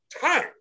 time